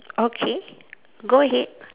okay go ahead